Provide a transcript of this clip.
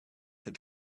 had